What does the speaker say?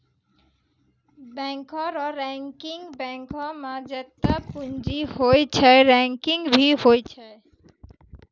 बैंको रो रैंकिंग बैंको मे जत्तै पूंजी रहै छै रैंकिंग भी होय छै